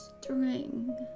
string